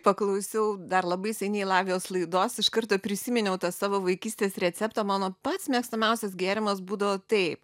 paklausiau dar labai seniai lavijos laidos iš karto prisiminiau tą savo vaikystės receptą mano pats mėgstamiausias gėrimas būdavo taip